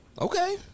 Okay